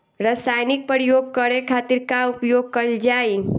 रसायनिक प्रयोग करे खातिर का उपयोग कईल जाइ?